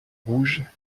rouge